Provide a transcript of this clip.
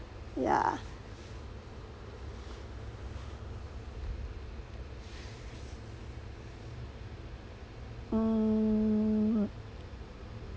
ya mm